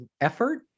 effort